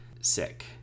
sick